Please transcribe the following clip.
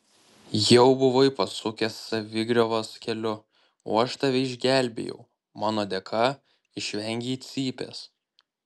jau buvai pasukęs savigriovos keliu o aš tave išgelbėjau mano dėka išvengei cypės